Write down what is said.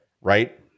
right